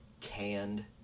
canned